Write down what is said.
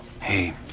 Hey